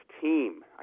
team